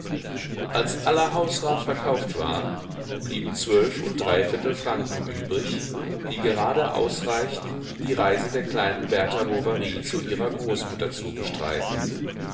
als aller hausrat verkauft war blieben zwölf und dreiviertel franken übrig die gerade ausreichten die reise der kleinen berta bovary zu ihrer großmutter zu bestreiten